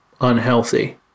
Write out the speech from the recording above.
unhealthy